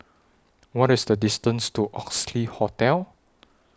What IS The distance to Oxley Hotel